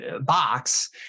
box